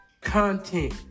content